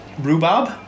rhubarb